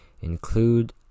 include